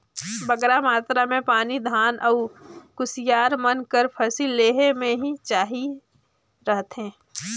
बगरा मातरा में पानी धान अउ कुसियार मन कर फसिल लेहे में ही चाहिए रहथे